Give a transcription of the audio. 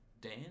Dan